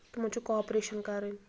تِمن چھُ کاپریشن کَرٕنۍ